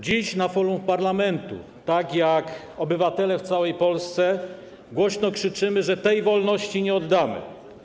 Dziś na forum parlamentu, tak jak obywatele w całej Polsce, głośno krzyczymy, że tej wolności nie oddamy.